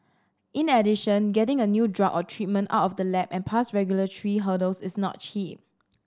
in addition getting a new drug or treatment out of the lab and past regulatory hurdles is not cheap